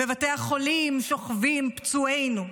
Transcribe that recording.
בבתי החולים שוכבים פצועינו,